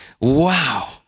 wow